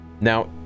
Now